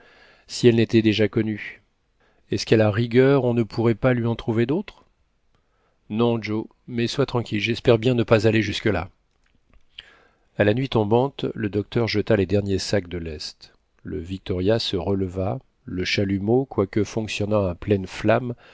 si elles n'étaient déjà connues est-ce qu'à la rigueur on ne pourrait pas lui en trouver d'autres non joe mais sois tranquille j'espère bien ne pas aller jusque-là a la nuit tombante le docteur jeta les derniers sacs de lest le victoria se releva le chalumeau quoique fonctionnant à pleine flamme